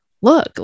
look